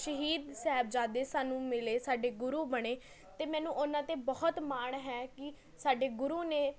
ਸ਼ਹੀਦ ਸਾਹਿਬਜ਼ਾਦੇ ਸਾਨੂੰ ਮਿਲੇ ਸਾਡੇ ਗੁਰੂ ਬਣੇ ਅਤੇ ਮੈਨੂੰ ਉਹਨਾਂ 'ਤੇ ਬਹੁਤ ਮਾਣ ਹੈ ਕਿ ਸਾਡੇ ਗੁਰੂ ਨੇ